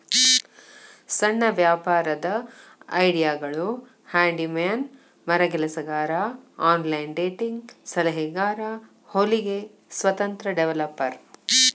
ಸಣ್ಣ ವ್ಯಾಪಾರದ್ ಐಡಿಯಾಗಳು ಹ್ಯಾಂಡಿ ಮ್ಯಾನ್ ಮರಗೆಲಸಗಾರ ಆನ್ಲೈನ್ ಡೇಟಿಂಗ್ ಸಲಹೆಗಾರ ಹೊಲಿಗೆ ಸ್ವತಂತ್ರ ಡೆವೆಲಪರ್